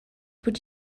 would